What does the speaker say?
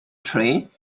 trained